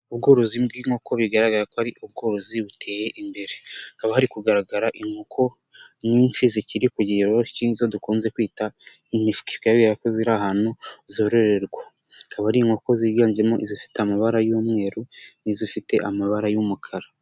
Ubworozi bw'inkoko bigaragara ko ari ubworozi buteye imbere. Hakaba hari kugaragara inkoko nyinshi zikiri ku kigeroro cy'izo dukunze kwita imishwi. Bikaba bigaragara ko ziri ahantu zororwakaba. Akaba ari inkoko ziganjemo izifite amabara y'umweru n'izifite amabara y'umukara.